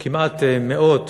כמעט מאות